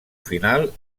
final